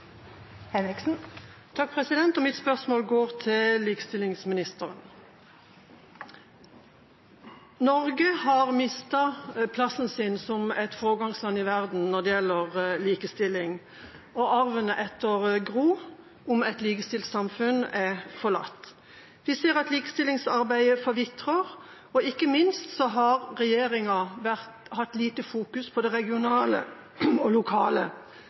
Mitt spørsmål går til likestillingsministeren. Norge har mistet plassen sin som et foregangsland i verden når det gjelder likestilling, og arven etter Gro om et likestilt samfunn er forlatt. Vi ser at likestillingsarbeidet forvitrer, og ikke minst har regjeringa fokusert lite på det regionale og lokale